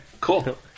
cool